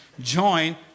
Join